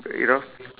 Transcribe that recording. you know